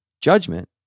Judgment